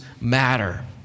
matter